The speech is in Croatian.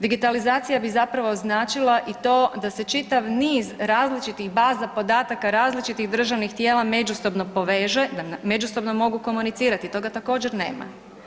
Digitalizacija bi zapravo značila i to da čitav niz različitih baza podataka, različitih državnih tijela međusobno poveže, da međusobno mogu komunicirati, toga također nema.